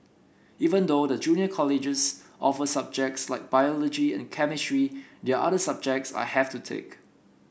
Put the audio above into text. even though the junior colleges offer subjects like biology and chemistry they are other subjects I have to take